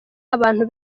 abantu